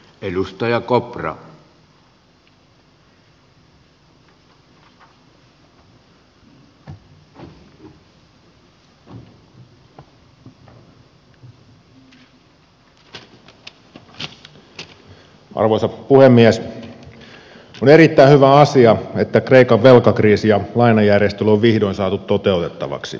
on erittäin hyvä asia että kreikan velkakriisi ja lainajärjestely on vihdoin saatu toteutettavaksi